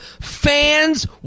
fans